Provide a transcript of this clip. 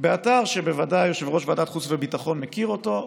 באתר שבוודאי יושב-ראש ועדת חוץ וביטחון מכיר אותו,